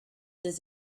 does